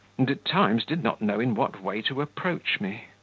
and at times did not know in what way to approach me.